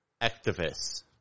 activists